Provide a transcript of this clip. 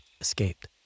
escaped